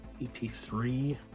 EP3